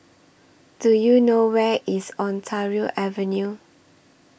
Do YOU know Where IS Ontario Avenue